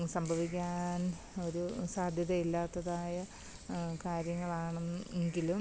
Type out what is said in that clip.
സംഭവിക്കാൻ ഒരു സാധ്യത ഇല്ലാത്തതായ കാര്യങ്ങളാണെങ്കിലും